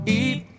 eat